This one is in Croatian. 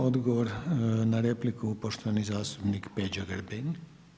Odgovor na repliku, poštovani zastupnik Peđa Grbin.